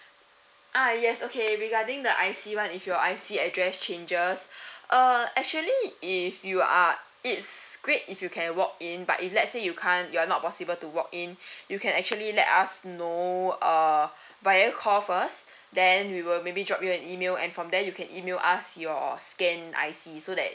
ah yes okay regarding the I_C one if your I_C address changes uh actually if you are it's great if you can walk in but if let say you can't you are not possible to walk in you can actually let us know uh via call first then we will maybe drop you an email and from there you can email us your scan I_C so that